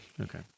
okay